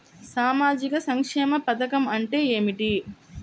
సామాజిక సంక్షేమ పథకం అంటే ఏమిటి?